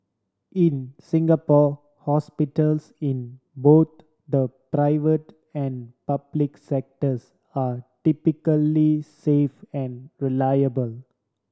in Singapore hospitals in both the private and public sectors are typically safe and reliable